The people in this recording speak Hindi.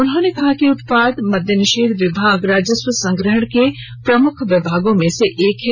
मुख्यमंत्री ने कहा कि उत्पाद मद्य निषेध विभाग राजस्व संग्रहण के प्रमुख विभागों में से एक है